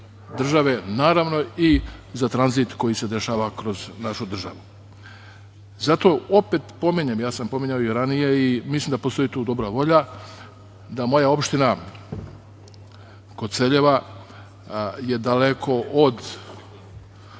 države, naravno, i za tranzit koji se dešava kroz našu državu. Zato opet pominjem, ja sam pominjao i ranije i mislim da postoji tu dobra volja, da je moja opština Koceljeva daleko od